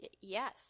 Yes